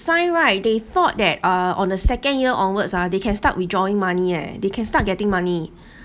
sign right they thought that uh on a second year onwards ah they can start withdrawing money eh they can start getting money